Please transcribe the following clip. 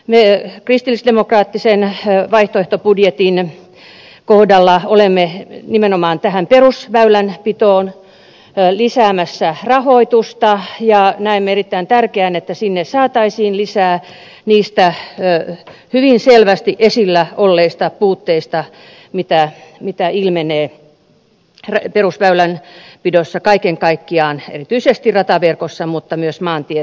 ne l i t y s demokraattisena me kristillisdemokraattisen vaihtoehtobudjetin kohdalla olemme nimenomaan tähän perusväylänpitoon lisäämässä rahoitusta ja näemme erittäin tärkeänä että sinne saataisiin lisää rahaa johtuen niistä hyvin selvästi esillä olleista puutteista mitä ilmenee perusväylänpidossa kaiken kaikkiaan erityisesti rataverkossa mutta myös maantiestössä